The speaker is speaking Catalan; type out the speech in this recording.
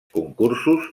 concursos